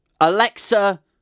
Alexa